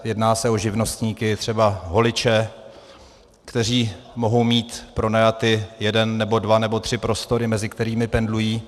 Jedná se o živnostníky, třeba holiče, kteří mohou mít pronajat jeden, dva nebo tři prostory, mezi kterými pendlují.